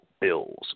Bills